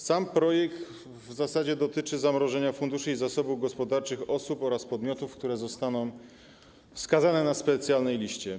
Sam projekt dotyczy w zasadzie zamrożenia funduszy i zasobów gospodarczych osób oraz podmiotów, które zostaną wskazane na specjalnej liście.